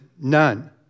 none